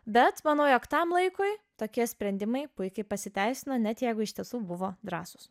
bet mano jog tam laikui tokie sprendimai puikiai pasiteisina net jeigu iš tiesų buvo drąsūs